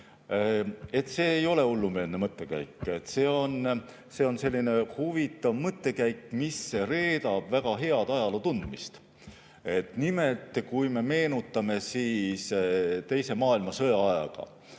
See ei ole hullumeelne mõttekäik. See on selline huvitav mõttekäik, mis reedab väga head ajaloo tundmist. Nimelt, meenutame teise maailmasõja aega,